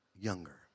younger